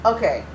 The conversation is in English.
Okay